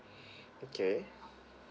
okay